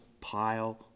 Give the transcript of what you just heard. pile